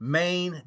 main